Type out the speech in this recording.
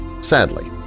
Sadly